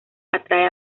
atrae